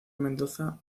mendoza